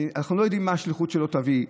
אנחנו לא יודעים מה השליחות שלו תביא.